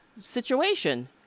situation